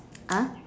uh